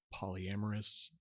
polyamorous